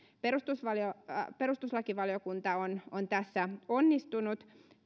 perustuslakivaliokunta on on tässä onnistunut